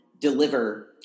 deliver